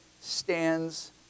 stands